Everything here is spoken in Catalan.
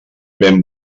ben